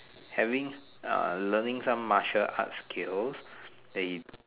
having uh learning some Martial art skills that you